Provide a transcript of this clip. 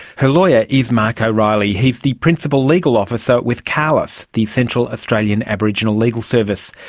her lawyer is mark o'reilly, he is the principal legal officer with caalas, the central australian aboriginal legal service.